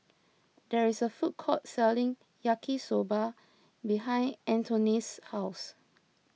there is a food court selling Yaki Soba behind Antoinette's house